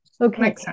Okay